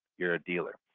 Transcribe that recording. you're a dealer.